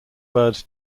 birds